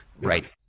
right